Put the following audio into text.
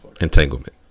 Entanglement